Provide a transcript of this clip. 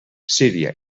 síria